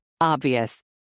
Obvious